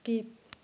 skip